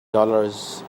dollars